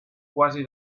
quasi